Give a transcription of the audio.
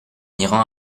iran